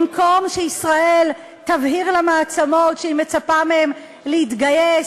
במקום שישראל תבהיר למעצמות שהיא מצפה מהן להתגייס,